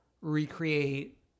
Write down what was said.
recreate